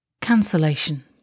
Cancellation